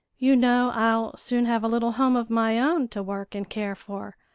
you know i'll soon have a little home of my own to work and care for.